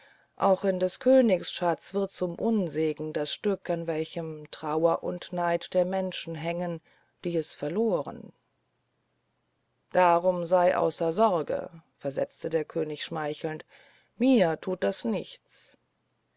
auch in des königs schatz wird zum unsegen das stück an welchem trauer und neid der menschen hängen die es verloren darum sei außer sorgen versetzte der könig schmeichelnd mir tut das nichts